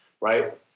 right